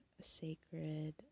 sacred